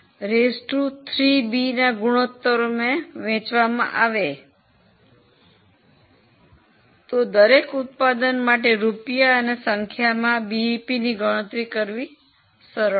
4A3B ના ગુણોત્તરમાં વેચવામાં આવે તો દરેક ઉત્પાદન માટે રૂપિયા અને સંખ્યામાં બીઈપીની ગણતરી કરવી સરળ છે